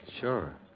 Sure